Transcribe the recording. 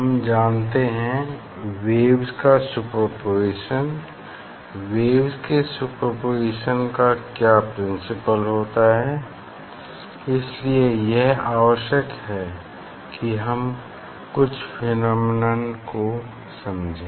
हम जानते हैं वेव्स का सुपरपोज़िशन वेव्स के सुपरपोज़िशन का क्या प्रिंसिपल होता है इसलिए यह आवश्यक है कि हम कुछ फेनोमेनन को समझें